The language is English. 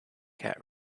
cat